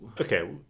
Okay